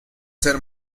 ser